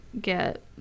get